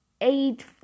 eight